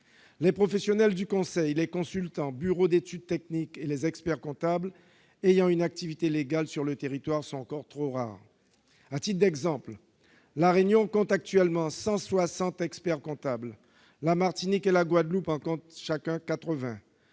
Les professionnels du conseil, les consultants, les bureaux d'études techniques et les experts-comptables ayant une activité légale sur ces territoires sont encore trop rares. À titre d'exemple, La Réunion compte actuellement 160 experts-comptables, la Martinique et la Guadeloupe en comptent chacun 80,